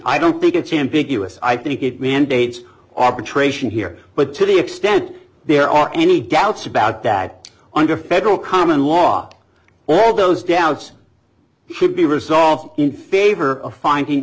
i don't think it sam big us i think it mandates arbitration here but to the extent there are any doubts about that under federal common law all those doubts should be resolved in favor of finding